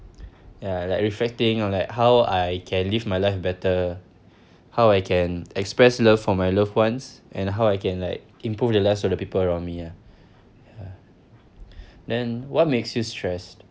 ya like reflecting on like how I can live my life better how I can express love for my loved ones and how I can like improve the lives of the people around me lah ya then what makes you stressed